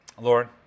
Lord